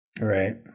right